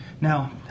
Now